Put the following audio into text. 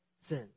sin